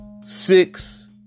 six